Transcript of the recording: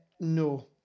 No